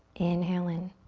inhale in.